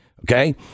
okay